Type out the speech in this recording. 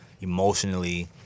emotionally